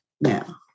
now